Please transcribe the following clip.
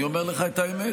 אני אומר לך את האמת,